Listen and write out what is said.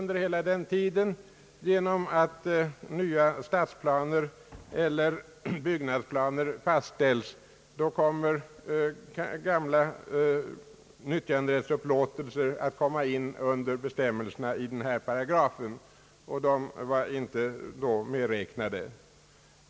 Allteftersom nya stadsplaner eller byggnadsplaner fastställts kommer gamla nyttjanderättsupplåtelser in under bestämmelserna i denna paragraf, och de var inte då medräknade.